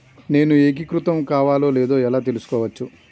నేను ఏకీకృతం కావాలో లేదో ఎలా తెలుసుకోవచ్చు?